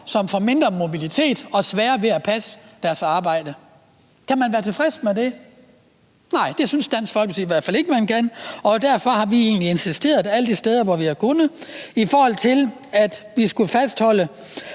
som får mindre mobilitet og sværere ved at passe deres arbejde. Kan man være tilfreds med det? Nej, det synes Dansk Folkeparti i hvert fald ikke man kan. Derfor har vi egentlig alle de steder, hvor vi har kunnet, insisteret på, at vi skulle fastholde,